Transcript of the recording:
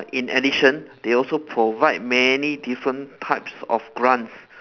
in addition they also provide many different types of grants